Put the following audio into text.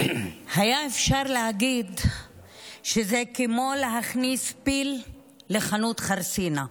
היה אפשר להגיד שזה כמו להכניס פיל לחנות חרסינה,